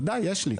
בוודאי יש לי.